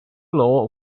law